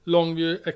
Longview